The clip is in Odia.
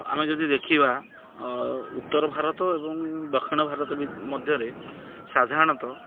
ଆମେ ଯଦି ଦେଖିବା ଉତ୍ତର ଭାରତ ଏବଂ ଦକ୍ଷିଣ ଭାରତ ମଧ୍ୟରେ ସାଧାରଣତଃ